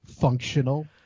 functional